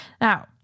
Now